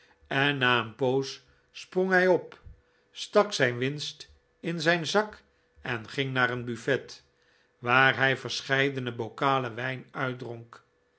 en na een poos sprong hij op stak zijn winst in zijn zak en ging naar een buffet waar hij verscheidene bokalen wijn uitdronk